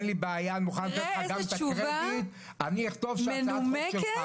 אין לי בעיה ואני מוכן לתת לך גם את הקרדיט אני אכתוב שאתה רק.